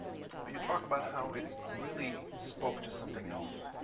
but you talk about how it really spoke to something else,